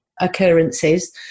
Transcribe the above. occurrences